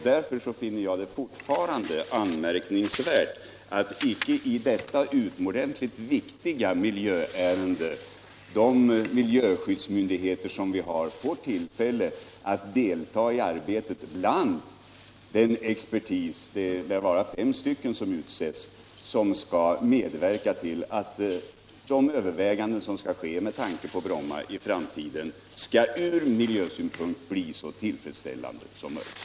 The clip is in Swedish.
Därför finner jag det fortfarande anmärkningsvärt att de miljöskyddsmyndigheter vi har inte har fått tillfälle att delta i arbetet med detta utomordentligt viktiga miljöärende bland den expertis som skall medverka till att övervägandena om Bromma flygplats framtid blir ur miljöskyddssynpunkt så tillfredsställande som möjligt.